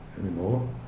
anymore